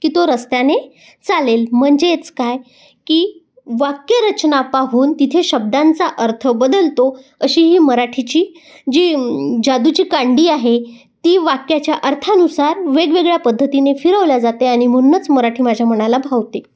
की तो रस्त्याने चालेल म्हणजेच काय की वाक्यरचना पाहून तिथे शब्दांचा अर्थ बदलतो अशी ही मराठीची जी जादूची कांडी आहे ती वाक्याच्या अर्थानुसार वेगवेगळ्या पद्धतीने फिरवली जाते आणि म्हणूनच मराठी माझ्या मनाला भावते